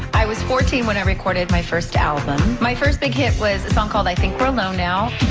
i was fourteen when i recorded my first album. my first big hit was a song called i think we're alone now